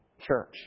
church